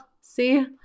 see